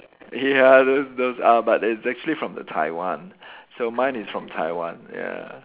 ya look those up but it's actually from the Taiwan so mine is from Taiwan ya